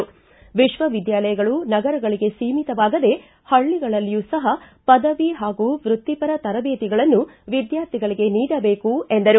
ವಿಶ್ವವಿದ್ಯಾಲಯಗಳು ನಗರಗಳಿಗೆ ಚೀಮಿತವಾಗದೇ ಹಳ್ಳಗಳಲ್ಲಿಯೂ ಸಹ ಪದವಿ ಹಾಗೂ ವೃತ್ತಿಪರ ತರಬೇತಿಗಳನ್ನು ವಿದ್ವಾರ್ಥಿಗಳಿಗೆ ನೀಡಬೇಕು ಎಂದರು